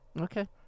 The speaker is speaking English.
Okay